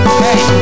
hey